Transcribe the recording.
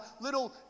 little